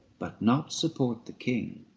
but not support the king